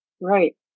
Right